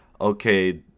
okay